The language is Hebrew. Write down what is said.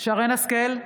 שרן מרים השכל,